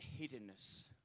hiddenness